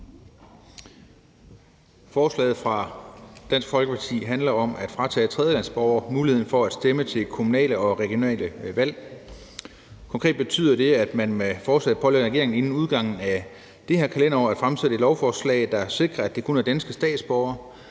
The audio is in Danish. Forslaget fra Dansk Folkeparti handler om at fratage tredjelandsborgere muligheden for at stemme til kommunale og regionale valg. Konkret betyder det, at man med forslaget pålægger regeringen inden udgangen af det her kalenderår at fremsætte et lovforslag, der sikrer, at det kun er danske statsborgere,